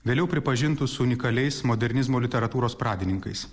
vėliau pripažintus unikaliais modernizmo literatūros pradininkais